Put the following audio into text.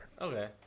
Okay